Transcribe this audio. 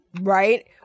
right